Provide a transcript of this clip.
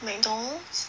McDonald's